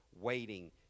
waiting